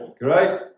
Great